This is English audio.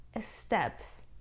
steps